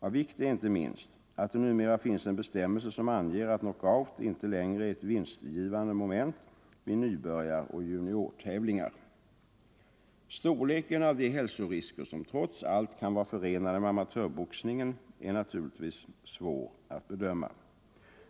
Av vikt är inte minst att det numera finns en bestämmelse som anger att knockout inte längre är ett vinstgivande moment vid nybörjaroch juniortävlingar. Storleken av de hälsorisker som trots allt kan vara förenade med amatörboxningen är naturligtvis svår att bedöma.